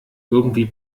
irgendwie